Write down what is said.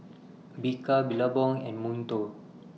Bika Billabong and Monto